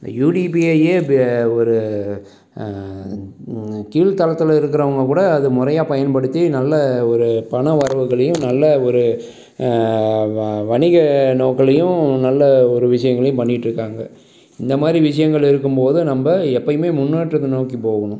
யூடிபிஐயே இப்போ ஒரு கீழ்தளத்தில் இருக்கிறவுங்க கூட அது முறையாக பயன்படுத்தி நல்ல ஒரு பண வரவுகளையும் நல்ல ஒரு வ வணிக நோக்குளையும் நல்ல ஒரு விஷயங்களையும் பண்ணிட்டிருக்காங்க இந்த மாதிரி விஷயங்கள் இருக்கும்போது தான் நம்ப எப்போயுமே முன்னேற்றத்தை நோக்கி போகணும்